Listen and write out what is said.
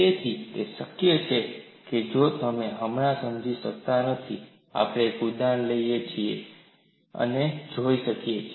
તેથી તે શક્ય છે જો કે તમે હમણાં સમજી શકતા નથી આપણે એક ઉદાહરણ લઈએ છીએ અને જોઈ શકીએ છીએ